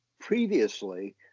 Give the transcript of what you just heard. previously